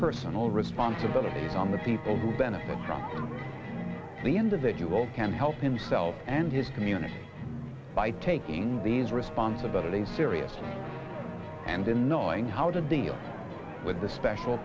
personal responsibility from the people who benefit from the individual can help himself and his community by taking these responsibilities seriously and in knowing how to deal with the special